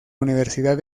universidad